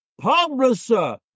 publisher